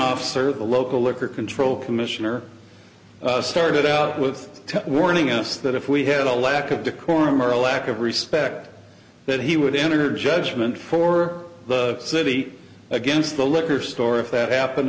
officer the local liquor control commissioner started out with warning us that if we had a lack of decorum or a lack of respect that he would enter judgment for the city against the liquor store if that happened